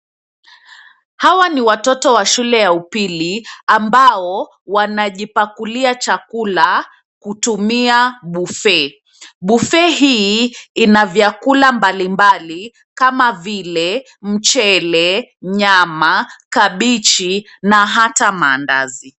Hawa ni watoto wa shule ya upili amabo wanajipakulia chakula kutumia buffet. Buffet hii ina vyakula mbalimbali kama vile mchele, nyama, kabichi na hata mandazi.